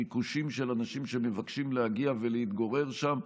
ביקושים של אנשים שמבקשים להגיע ולהתגורר שם.